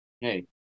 Hey